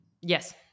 Yes